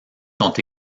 sont